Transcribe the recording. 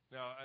Now